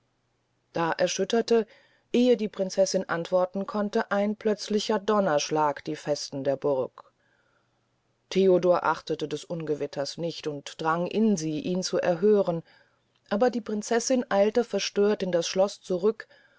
da erschütterte ehe die prinzessin antworten konnte ein plötzlicher donnerschlag die festen der burg theodor achtete des ungewitters nicht und drang in sie ihn zu erhören aber die prinzessin eilte verstört in das schloß zurück